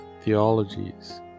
theologies